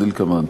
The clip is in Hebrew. כדלקמן: